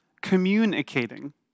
communicating